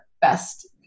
best